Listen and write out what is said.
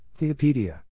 Theopedia